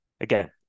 Again